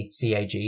CAG